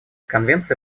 конвенция